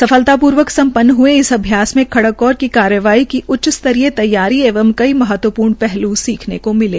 सफलतापूर्वक सम्पन्न हये इस अभ्यास में खड़ग कोर को कार्यवाई की उच्च स्तरीय तैयारी एवं कई महत्वपूर्ण पहलू सीखने को मिले